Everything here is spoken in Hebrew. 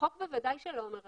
החוק בוודאי לא אומר אחרת.